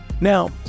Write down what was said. Now